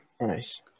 nice